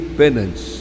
penance